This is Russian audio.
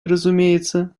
разумеется